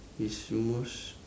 is most